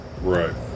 Right